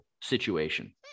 situation